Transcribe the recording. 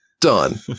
Done